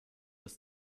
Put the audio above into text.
des